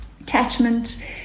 attachment